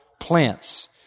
Plants